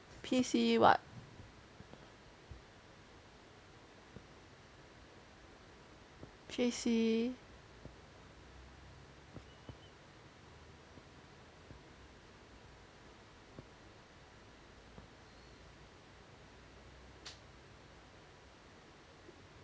P_C [what]